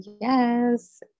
yes